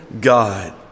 God